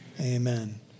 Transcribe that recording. amen